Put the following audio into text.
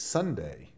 Sunday